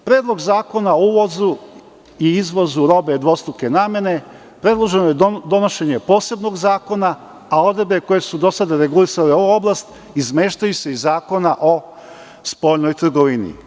Predlog zakona o uvozu i izvozu robe dvostruke namene, predloženo je donošenje posebnog zakona, a odredbe koje su do sada regulisale ovu oblast izmeštaju se iz Zakona o spoljnoj trgovini.